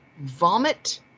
vomit